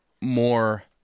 more